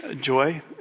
joy